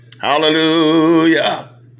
hallelujah